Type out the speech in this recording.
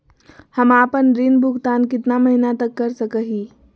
हम आपन ऋण भुगतान कितना महीना तक कर सक ही?